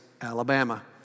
Alabama